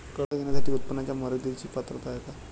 कर्ज घेण्यासाठी उत्पन्नाच्या मर्यदेची पात्रता आहे का?